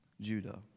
Judah